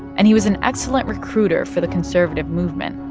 and he was an excellent recruiter for the conservative movement.